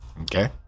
Okay